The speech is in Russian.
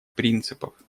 принципов